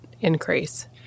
increase